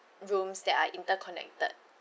rooms that are interconnected